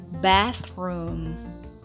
Bathroom